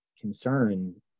concern